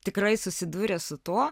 tikrai susidūrė su to